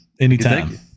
anytime